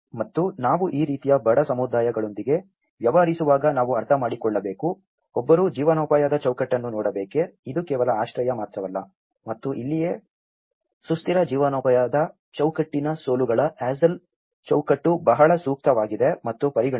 ಮತ್ತು ನಾವು ಈ ರೀತಿಯ ಬಡ ಸಮುದಾಯಗಳೊಂದಿಗೆ ವ್ಯವಹರಿಸುವಾಗ ನಾವು ಅರ್ಥಮಾಡಿಕೊಳ್ಳಬೇಕು ಒಬ್ಬರು ಜೀವನೋಪಾಯದ ಚೌಕಟ್ಟನ್ನು ನೋಡಬೇಕು ಇದು ಕೇವಲ ಆಶ್ರಯ ಮಾತ್ರವಲ್ಲ ಮತ್ತು ಇಲ್ಲಿಯೇ ಸುಸ್ಥಿರ ಜೀವನೋಪಾಯದ ಚೌಕಟ್ಟಿನ ಸೋಲುಗಳ ASAL ಚೌಕಟ್ಟು ಬಹಳ ಸೂಕ್ತವಾಗಿದೆ ಮತ್ತು ಪರಿಗಣಿಸುತ್ತದೆ